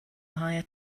hire